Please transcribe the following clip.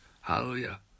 hallelujah